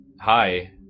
Hi